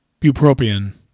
Bupropion